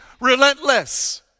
relentless